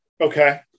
Okay